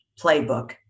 playbook